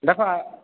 ଦେଖ